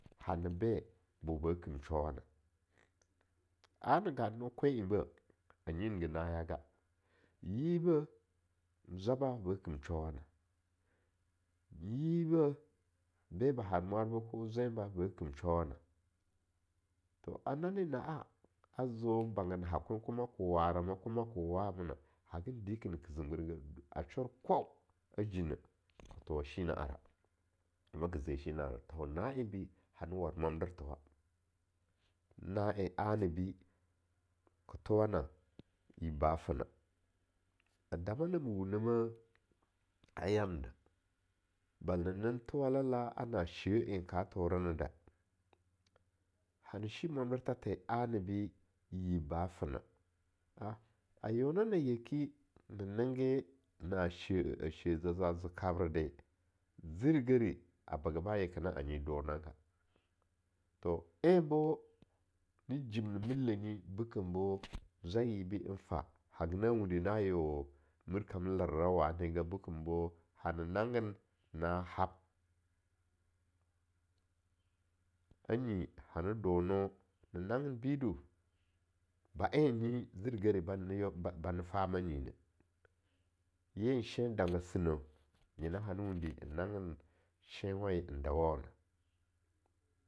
Hana be boba kim showana, ana ganano kwen en beh, anyingi naya ga, yi beh zwaba bakim showana, yi beh beba har mwarba ko zwenba ba kin showana, to a nani na'a azo banga nahakwen kuma ka warama kuma ka wah mena, hagin dike ke zungirge, ashur kwau a jina ka thowa shi na'ara, kuma ke zeshi na'ara, to na enbi hane war mwandertho wa, na en anibi kathowana yibba fena; A dama nama wunemeh a yamne da bala nan thowala la na'a sheh en ka thorena da, hanashi mwandertha the a-nibi yibba ba fena, a a yeo nana yeki bennenge naa she-eh a she a zeza ze kabre de zirigeri a baga ba yekena a nyi donaga, to en bo na jim millenyi bekam bo zwai yibi n fa haya na wundi na yeo mir kam ler-ra wanega bekombo hana nanggen na hab, a nyi hani dono bune bido bane fama nyi neh, yen shen danga sinau nyena hana wundi n nanggen shen waye n dawauna.